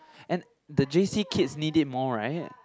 and the J_C kids need it more right